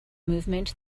movement